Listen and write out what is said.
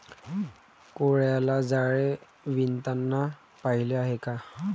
कोळ्याला जाळे विणताना पाहिले आहे का?